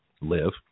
live